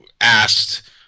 asked